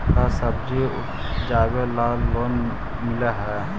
का सब्जी उपजाबेला लोन मिलै हई?